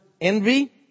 envy